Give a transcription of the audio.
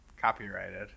copyrighted